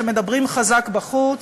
שמדברים חזק בחוץ,